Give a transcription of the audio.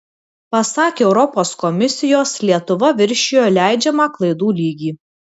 pasak europos komisijos lietuva viršijo leidžiamą klaidų lygį